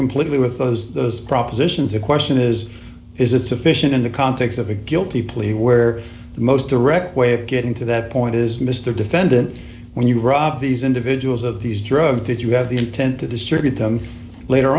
completely with those those propositions the question is is it sufficient in the context of a guilty plea where the most direct getting to the point is mr defendant when you rob these individuals of these drugs did you have the intent to distribute them